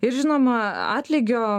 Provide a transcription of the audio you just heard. ir žinoma atlygio